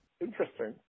Interesting